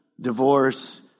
Divorce